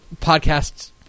podcasts